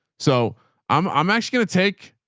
so i'm, i'm actually going to take,